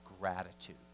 gratitude